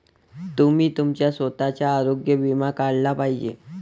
तुम्ही तुमचा स्वतःचा आरोग्य विमा काढला पाहिजे